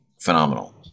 phenomenal